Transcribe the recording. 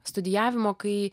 studijavimo kai